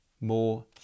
More